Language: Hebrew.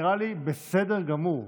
נראה לי בסדר גמור,